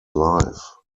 life